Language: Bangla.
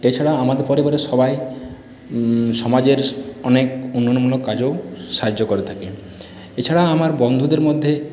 তাছাড়া আমাদের পরিবারের সবাই সমাজের অনেক উন্নয়নমূলক কাজেও সাহায্য করে থাকে এছাড়া আমার বন্ধুদের মধ্যে